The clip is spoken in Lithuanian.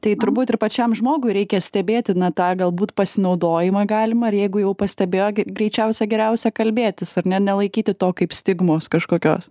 tai turbūt ir pačiam žmogui reikia stebėti na tą galbūt pasinaudojimą galimą ir jeigu jau pastebėjo greičiausia geriausia kalbėtis ar ne nelaikyti to kaip stigmos kažkokios